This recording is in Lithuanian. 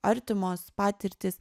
artimos patirtys